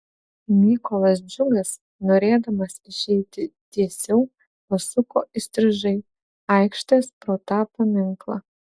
mykolas džiugas norėdamas išeiti tiesiau pasuko įstrižai aikštės pro tą paminklą